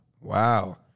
Wow